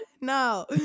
No